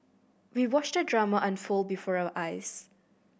we watched the drama unfold before our eyes